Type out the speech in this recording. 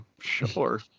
sure